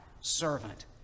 servant